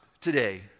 today